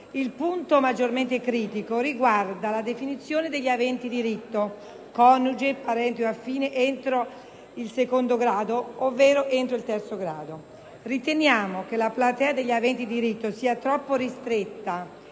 Il punto maggiormente critico riguarda la definizione degli aventi diritto (coniuge, parente o affine entro il secondo grado ovvero entro il terzo grado). Riteniamo che la platea degli aventi diritto sia troppo ristretta